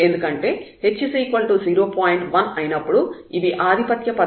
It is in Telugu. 1 అయినప్పుడు ఇవి ఆదిపత్య పదాలు అవుతాయి